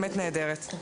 באמת נהדרת.